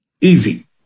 Easy